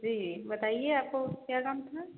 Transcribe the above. जी बताइए आपको क्या काम था